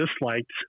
disliked